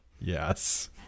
Yes